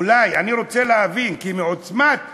אולי אני רוצה להבין, כי מעוצמת המלל,